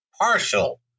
partial